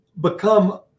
become